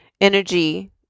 energy